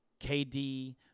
KD